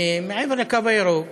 מעבר לקו הירוק